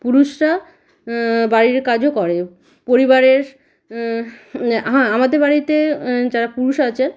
পুরুষরা বাড়ির কাজও করে পরিবারের হাঁ আমাদের বাড়িতে যারা পুরুষ আচে